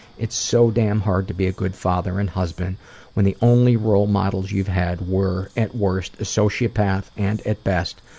it's so damn hard to be a good father and husband when the only role models you've had were, at worst, a sociopath and, at best,